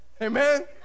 Amen